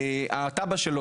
התב"ע שלו,